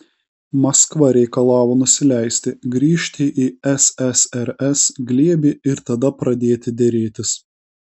maskva reikalavo nusileisti grįžti į ssrs glėbį ir tada pradėti derėtis